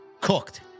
Cooked